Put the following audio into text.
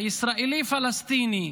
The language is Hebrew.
הישראלי פלסטיני,